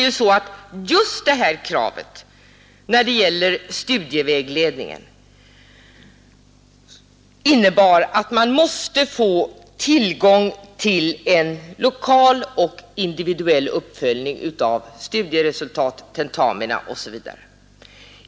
Just detta krav när det gäller studievägledning innebar att man måste få tillgång till en lokal och individuell uppföljning av studieresultat, tentamina osv.